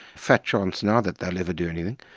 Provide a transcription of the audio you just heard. fat chance now that they'll ever do anything,